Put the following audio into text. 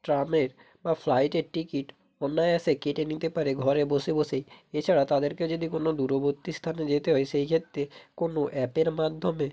ট্রামের বা ফ্লাইটের টিকিট অনায়াসে কেটে নিতে পারে ঘরে বসে বসেই এছাড়া তাদেরকে যদি কোন দূরবর্তী স্থানে যেতে হয় সেই ক্ষেত্রে কোন অ্যাপের মাধ্যমে